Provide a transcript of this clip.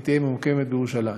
היא תהיה ממוקמת בירושלים.